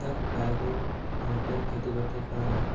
ইয়াত প্ৰায়বোৰ ঘৰতেই খেতি বাতি কৰা হয়